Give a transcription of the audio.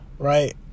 Right